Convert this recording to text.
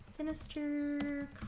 Sinister